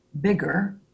bigger